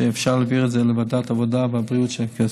להעביר את זה לוועדת העבודה והבריאות של הכנסת.